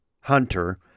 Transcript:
Hunter